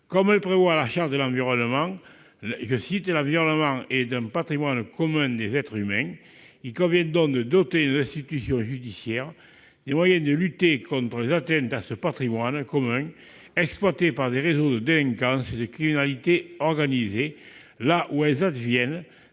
Comme le prévoit la Charte de l'environnement, « l'environnement est le patrimoine commun des êtres humains ». Il convient donc de doter nos institutions judiciaires des moyens de lutter contre les atteintes à ce patrimoine commun exploitées par des réseaux de délinquance et de criminalité organisées là où elles adviennent,